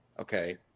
Okay